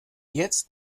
jetzt